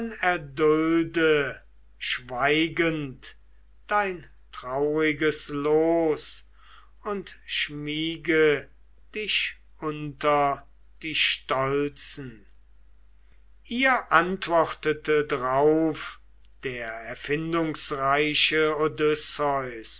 schweigend dein trauriges los und schmiege dich unter die stolzen ihr antwortete drauf der erfindungsreiche